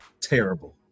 terrible